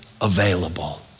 available